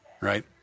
right